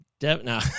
No